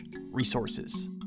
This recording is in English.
resources